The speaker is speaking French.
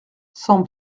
cent